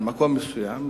על מקום מסוים,